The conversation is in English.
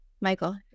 Michael